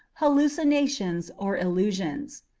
hallucinations, or illusions.